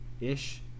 Ish